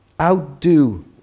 Outdo